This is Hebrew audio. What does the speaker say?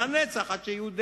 לנצח, עד שיהיו דנים.